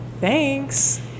Thanks